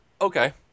Okay